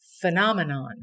phenomenon